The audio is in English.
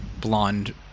blonde